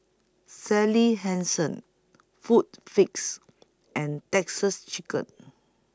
Sally Hansen Food Fix and Texas Chicken